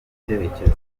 icyerekezo